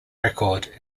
record